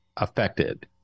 affected